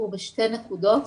הוא בשתי נקודות.